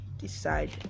decide